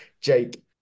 Jake